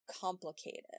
complicated